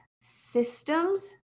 systems